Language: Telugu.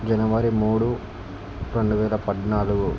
జనవరి మూడు రెండు వేల పద్నాలుగు